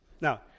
Now